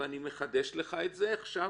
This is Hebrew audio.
אני מחדש לך את זה עכשיו